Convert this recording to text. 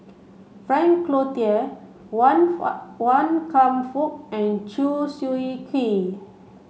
Frank Cloutier Wan Wan Kam Fook and Chew Swee Kee